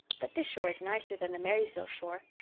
but this shore is nicer than the marysville shore.